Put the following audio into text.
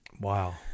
Wow